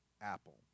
apple